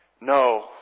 No